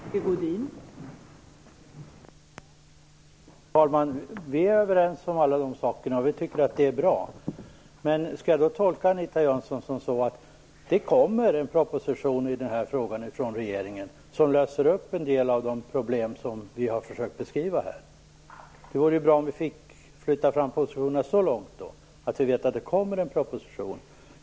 Fru talman! Vi är överens om alla de här sakerna. Vi tycker att det är bra. Men skall jag då tolka det Anita Jönsson säger så att det kommer en proposition från regeringen i den här frågan, en proposition som löser en del av de problem som vi har försökt beskriva här? Det vore bra om vi fick flytta fram positionerna så långt att vi fick veta att det kommer en proposition.